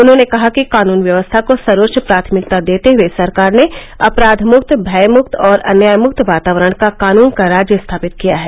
उन्होंने कहा कि कानून व्यवस्था को सर्वोच्च प्राथमिकता देते हुये सरकार ने अपराधमुक्त भयमुक्त और अन्यायमुक्त वातावरण तथा कानून का राज्य स्थापित किया है